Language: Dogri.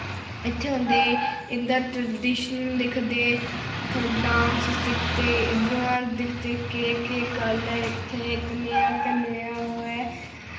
इत्थै औंदे इं'दा ट्रडिशन दिखदे डांस सिखदे इद्धरुआं दिखदे केह् केह् गल्ल ऐ इत्थै कनेहा कनेहा ओह् ऐ